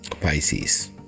Pisces